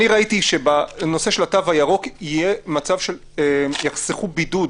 ראיתי שבנושא של התו הירוק יחסכו בידוד